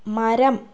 മരം